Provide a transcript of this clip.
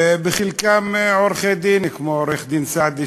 חלקם עורכי-דין כמו עורך-דין סעדי,